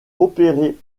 opérée